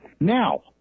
Now